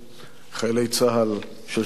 חיילי צה"ל שיושבים כאן עמנו,